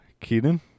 Keenan